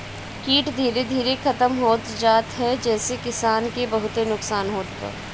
कीट धीरे धीरे खतम होत जात ह जेसे किसान के बहुते नुकसान होत बा